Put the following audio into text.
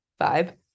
vibe